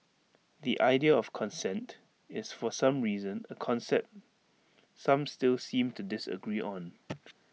the idea of consent is for some reason A concept some still seem to disagree on